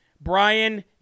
Brian